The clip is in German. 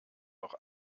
doch